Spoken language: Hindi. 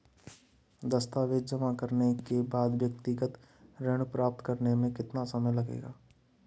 दस्तावेज़ जमा करने के बाद व्यक्तिगत ऋण प्राप्त करने में कितना समय लगेगा?